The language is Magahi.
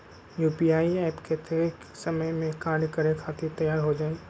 यू.पी.आई एप्प कतेइक समय मे कार्य करे खातीर तैयार हो जाई?